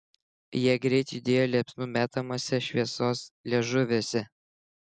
jie greit judėjo liepsnų metamuose šviesos liežuviuose